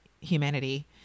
humanity